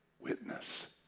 witness